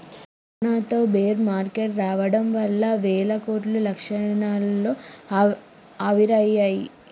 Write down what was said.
కరోనాతో bear market రావడం వల్ల వేల కోట్లు క్షణాల్లో ఆవిరయ్యాయి